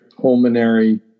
pulmonary